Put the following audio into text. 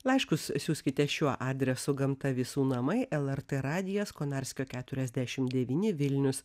laiškus siųskite šiuo adresu gamta visų namai lrt radijas konarskio keturiasdešim devyni vilnius